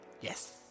Yes